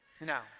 Now